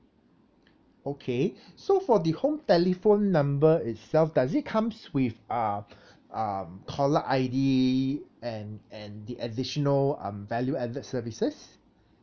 okay so for the home telephone number itself does it comes with uh um caller I_D and and the additional um value added services